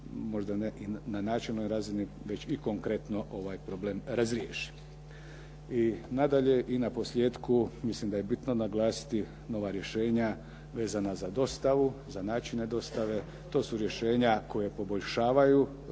možda ne i na načelnoj razini već i konkretno ovaj problem razriješiti. I nadalje i na posljetku mislim da je bitno naglasiti nova rješenja vezana za dostavu, za načine dostave. To su rješenja koja poboljšavaju način